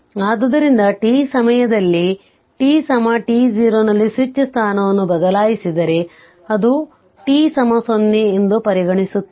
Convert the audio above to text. ಆದ್ದರಿಂದ t ಸಮಯದಲ್ಲಿ t t0 ನಲ್ಲಿ ಸ್ವಿಚ್ ಸ್ಥಾನವನ್ನು ಬದಲಾಯಿಸಿದರೆ ಅದು t 0 ಎಂದು ಪರಿಗಣಿಸುತ್ತಿದ್ದೇವೆ